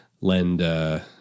lend